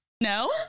No